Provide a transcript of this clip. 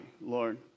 Lord